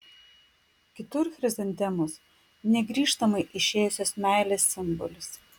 kitur chrizantemos negrįžtamai išėjusios meilės simbolis